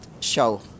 show